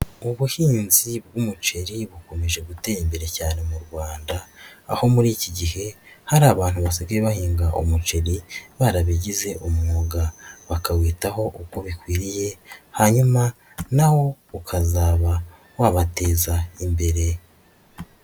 Ubuhinzi bw'umuceri bukomeje gutera imbere cyane mu Rwanda. Aho muri iki gihe hari abantu basigaye bahinga umuceri barabigize umwuga, bakawitaho uko bikwiriye hanyuma na wo ukazaba wabateza imbere.